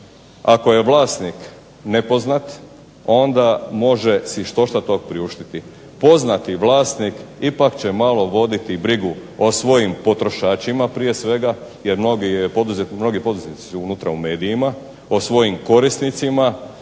Ako je vlasnik nepoznat onda može si štošta tog priuštiti. Poznati vlasnik ipak će malo voditi brigu o svojim potrošačima prije svega jer mnogi poduzetnici su unutra u medijima po svojim korisnicima